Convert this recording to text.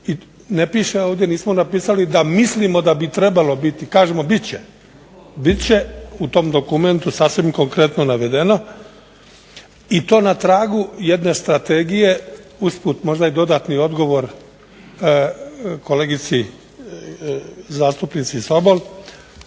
ne piše ovdje, nismo napisali da mislimo da bi trebalo biti. Kažemo bit će u tom dokumentu sasvim konkretno navedeno i to na tragu jedne strategije usput možda i dodatni odgovor kolegici zastupnici Sobol.